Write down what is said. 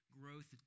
growth